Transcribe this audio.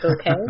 okay